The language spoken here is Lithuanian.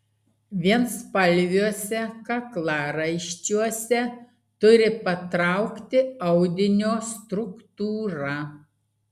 vienspalviuose kaklaraiščiuose turi patraukti audinio struktūra